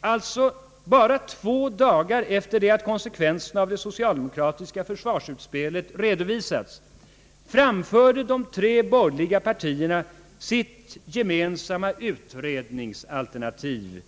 alltså redan två dagar efter det att konsekvenserna av det socialdemokratiska försvarsutspelet redovisats, framförde de tre borgerliga partierna sitt gemensamma utredningsalternativ.